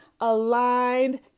aligned